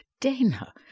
Dana